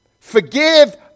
Forgive